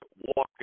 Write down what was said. walking